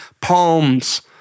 Palms